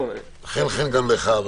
חן-חן גם לך.